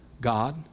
God